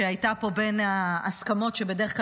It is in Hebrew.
שהייתה פה בין ההסכמות שבדרך כלל